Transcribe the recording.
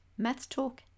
mathstalk